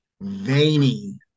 Veiny